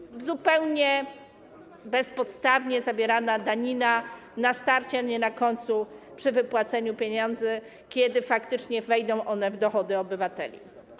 To danina zupełnie bezpodstawnie zabierana na starcie, a nie na końcu, przy wypłaceniu pieniędzy, kiedy faktycznie wejdą one do dochodu obywateli.